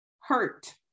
hurt